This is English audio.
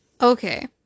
Okay